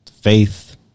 faith